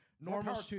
Normal